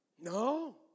No